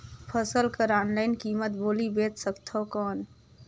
फसल कर ऑनलाइन कीमत बोली बेच सकथव कौन?